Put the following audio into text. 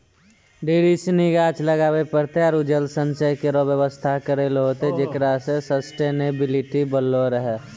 ढेर सिनी गाछ लगाबे पड़तै आरु जल संचय केरो व्यवस्था करै ल होतै जेकरा सें सस्टेनेबिलिटी बनलो रहे